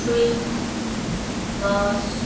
train bus